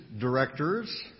directors